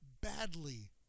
badly